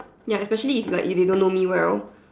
ya especially if they like if they don't know me well